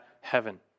heaven